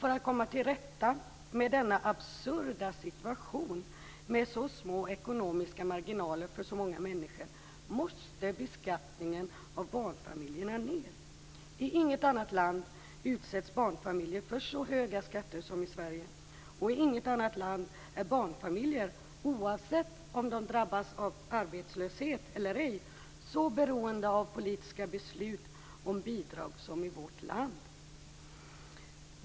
För att komma till rätta med denna absurda situation med så små ekonomiska marginaler för så många människor måste beskattningen av barnfamiljerna sänkas. Inte i något annat land utsätts barnfamiljer för så höga skatter som i Sverige. Inte i något annat land är barnfamiljer, oavsett om de drabbats av arbetslöshet eller ej, så beroende av politiska beslut om bidrag som i vårt land.